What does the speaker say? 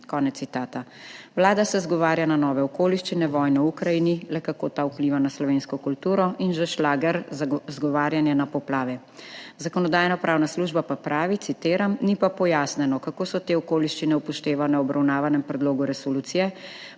Vlada se izgovarja na nove okoliščine – vojno v Ukrajini. Le kako ta vpliva na slovensko kulturo? In že šlager, izgovarjanje na poplave. Zakonodajno-pravna služba pa pravi, citiram: »Ni pa pojasnjeno, kako so te okoliščine upoštevane v obravnavanem predlogu resolucije,